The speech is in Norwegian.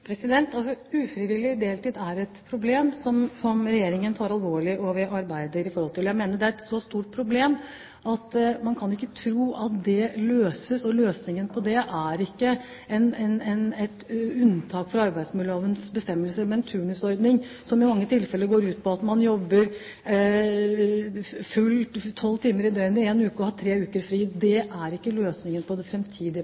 Ufrivillig deltid er et problem som regjeringen tar alvorlig og arbeider med. Jeg mener det er et så stort problem at man ikke kan tro at løsningen på det er et unntak fra arbeidsmiljølovens bestemmelser, med en turnusordning som i mange tilfeller går ut på at man jobber 12 timer i døgnet én uke og så har tre uker fri.